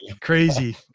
crazy